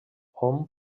hom